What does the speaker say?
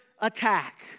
attack